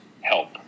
help